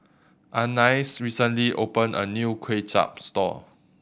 Anais recently opened a new Kway Chap store